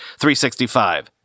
365